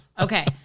Okay